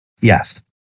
Yes